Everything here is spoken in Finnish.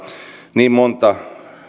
niin monta